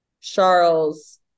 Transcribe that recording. Charles